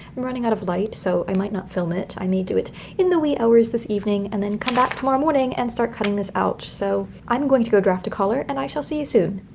i'm running out of light so i might not film it. i may do it in the wee hours this evening and then come back tomorrow morning and start cutting this out. so i'm going to go draft a collar and i shall see you soon.